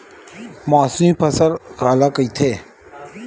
मौसमी फसल काला कइथे?